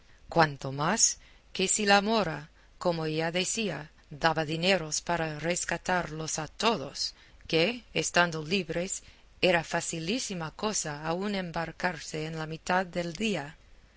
cuanto más que si la mora como ella decía daba dineros para rescatarlos a todos que estando libres era facilísima cosa aun embarcarse en la mitad del día